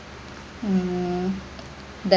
mm the